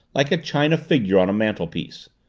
like a china figure on a mantelpiece.